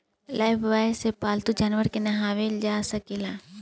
Lifebuoy से पाल्तू जानवर के नेहावल जा सकेला